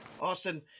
Austin